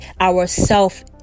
Ourself